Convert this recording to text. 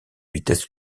vitesses